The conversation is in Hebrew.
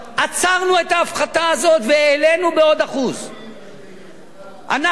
עצרנו את ההפחתה הזאת והעלינו בעוד 1%. אנחנו